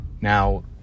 Now